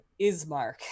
ismark